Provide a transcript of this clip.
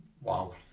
Wow